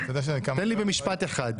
תן ל במשפט אחד.